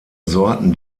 sorten